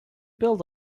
build